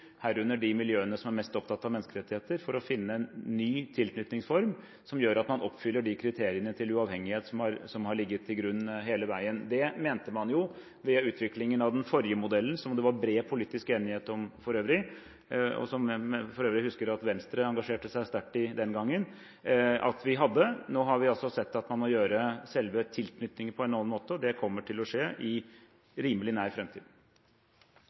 herunder de miljøene som er mest opptatt av menneskerettigheter – for å finne en ny tilknytningsform som gjør at man oppfyller de kriteriene til uavhengighet som har ligget til grunn hele veien. Det mente man jo ved utviklingen av den forrige modellen – som det var bred politisk enighet om for øvrig, og som jeg husker at Venstre engasjerte seg sterkt i den gangen – at vi hadde. Nå har vi altså sett at man må gjøre selve tilknytningen på en annen måte, og det kommer til å skje i rimelig nær